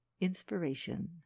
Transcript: Inspiration